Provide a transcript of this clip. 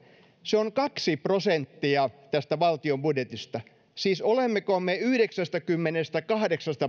se on kaksi prosenttia tästä valtion budjetista siis olemmeko me yhdeksästäkymmenestäkahdeksasta